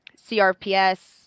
CRPS